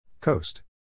Coast